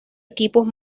equipos